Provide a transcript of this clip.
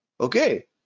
Okay